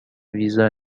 ویزا